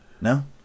No